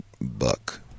buck